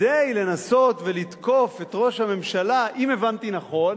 וכדי לנסות ולתקוף את ראש הממשלה, אם הבנתי נכון,